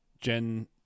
Jen